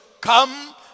Come